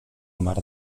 mar